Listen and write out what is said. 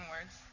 words